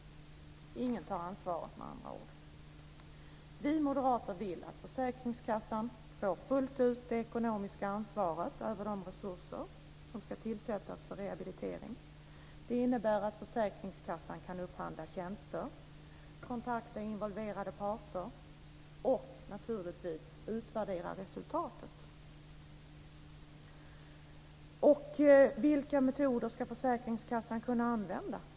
Ingen tar ansvaret, med andra ord. Vi moderater vill att försäkringskassan fullt ut får det ekonomiska ansvaret över de resurser som ska tillsättas för rehabilitering. Det innebär att försäkringskassan kan upphandla tjänster, kontakta involverade parter och, naturligtvis, utvärdera resultatet. Vilka metoder ska då försäkringskassan kunna använda?